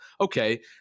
okay